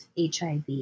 HIV